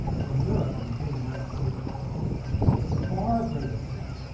in europe, and you do in the united states and canada far greater threat,